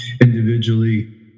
individually